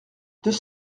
deux